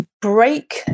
break